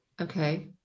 okay